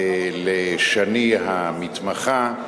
לשני, המתמחה,